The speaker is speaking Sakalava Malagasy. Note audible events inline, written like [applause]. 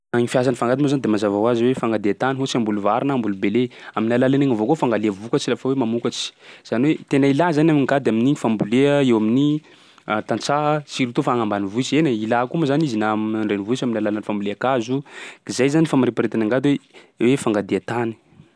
Laha ny fiasan'ny fangady moa zany de mazava hoazy hoe fagnadia tany ohatsy hamboly vary na hamboly bele, amin'ny alalan'igny avao koa fangalia vokatsy lafa hoe mamokatsy. Zany hoe tena ilà zany angady amin'ny fambolea eo amin'ny [hesitation] tantsaha surout fa agnyambanivohitsy; eny e, ilà koa moa zany izy na am- an-drenivohitry amin'ny alalan'ny fambolean-kazo. Zay zany famariparitana angady hoe, hoe fangadia tany.